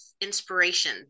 inspiration